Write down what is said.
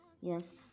yes